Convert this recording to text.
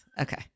Okay